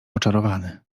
oczarowany